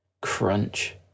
Crunch